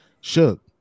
Shook